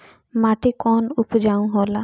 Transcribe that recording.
माटी कौन उपजाऊ होला?